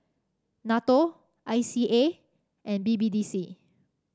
NATO I C A and B B D C